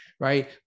right